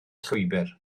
llwybr